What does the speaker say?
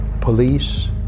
police